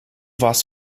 warst